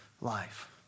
life